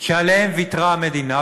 שעליהם ויתרה על המדינה,